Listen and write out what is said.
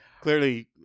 Clearly